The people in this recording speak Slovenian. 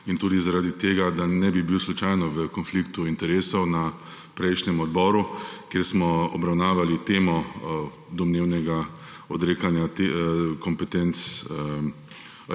in tudi zaradi tega, da ne bi bil slučajno v konfliktu interesov na prejšnjem odboru, kjer smo obravnavali temo domnevnega odrekanja kompetenc